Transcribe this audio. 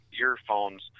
earphones